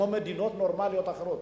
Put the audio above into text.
כמו מדינות נורמליות אחרות,